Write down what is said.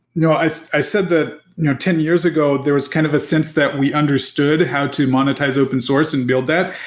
you know i i said that you know ten years ago there was kind of a sense that we understood how to monetize open source and build that.